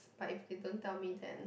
but if they don't tell me then